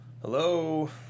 Hello